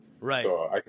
Right